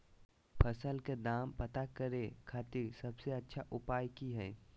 फसल के दाम पता करे खातिर सबसे अच्छा उपाय की हय?